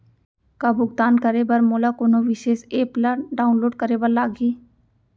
का भुगतान करे बर मोला कोनो विशेष एप ला डाऊनलोड करे बर लागही